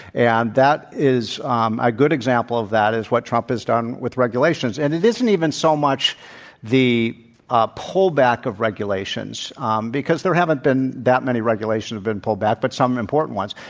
and that is um a good example of that is what trump has done with regulations. and it isn't even so much the ah pullback of regulations um because there haven't been that many regulations have been pulled back, but some important ones.